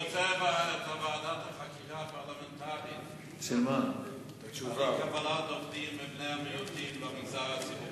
ועדת החקירה הפרלמנטרית לקבלת עובדים מבני המיעוטים במגזר הציבורי,